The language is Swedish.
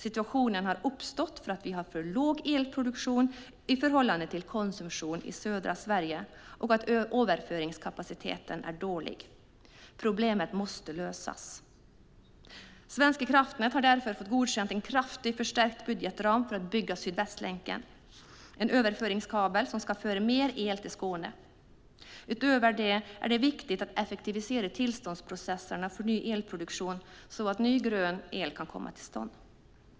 Situationen har uppstått för att vi har för låg elproduktion i förhållande till konsumtion i södra Sverige och att överföringskapaciteten är dålig. Problemet måste lösas. Svenska kraftnät har därför fått en kraftigt förstärkt budgetram godkänd för att bygga Sydvästlänken. Det är en överföringskabel som ska föra mer el till Skåne. Utöver detta är det viktigt att effektivisera tillståndsprocesserna för ny elproduktion så att ny grön el kan komma till stånd.